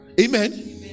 Amen